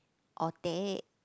or teh